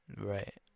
right